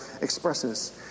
expresses